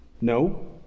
No